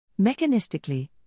Mechanistically